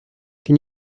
can